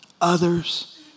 others